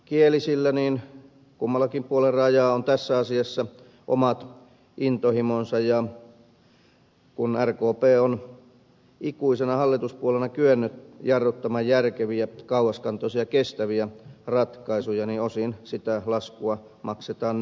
ruotsinkielisillä kummallakin puolen rajaa on tässä asiassa omat intohimonsa ja kun rkp on ikuisena hallituspuolueena kyennyt jarruttamaan järkeviä kauaskantoisia kestäviä ratkaisuja niin osin sitä laskua maksetaan nyttenkin